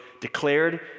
declared